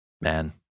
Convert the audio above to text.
man